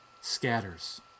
scatters